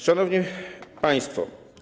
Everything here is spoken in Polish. Szanowni Państwo!